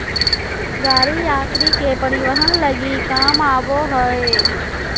गाड़ी यात्री के परिवहन लगी काम आबो हइ